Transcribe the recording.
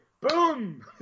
Boom